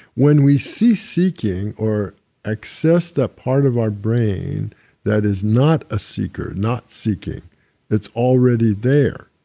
when we see seeking or access that part of our brain that is not a seeker, not seeking that's already there,